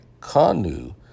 Kanu